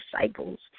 disciples